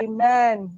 Amen